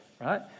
right